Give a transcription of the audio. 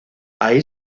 ahí